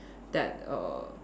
that err